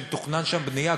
שמתוכננת שם בנייה,